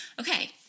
okay